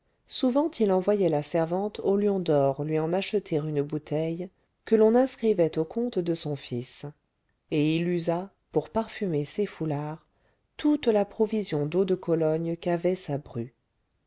souvent il envoyait la servante au lion d'or lui en acheter une bouteille que l'on inscrivait au compte de son fils et il usa pour parfumer ses foulards toute la provision d'eau de cologne qu'avait sa bru